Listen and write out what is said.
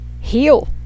heal